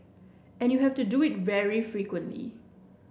and you have to do it very frequently